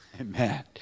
Amen